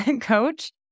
coach